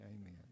Amen